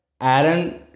aaron